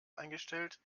eingestellt